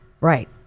Right